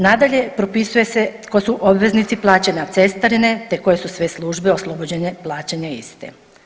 Nadalje, propisuje se tko su obveznici plaćanja cestarine te koje su sve službe oslobođene plaćanja iste.